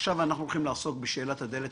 -- עכשיו אנחנו הולכים לעסוק בשאלת הדלת